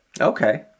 Okay